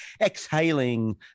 exhaling